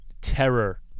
Terror